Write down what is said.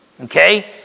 Okay